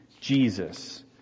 Jesus